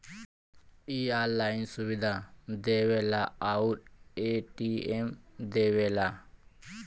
इ ऑनलाइन सुविधा देवला आउर ए.टी.एम देवला